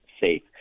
safe